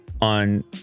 on